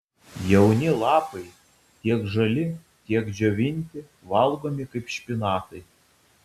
jauni lapai tiek žali tiek džiovinti valgomi kaip špinatai